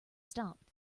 stopped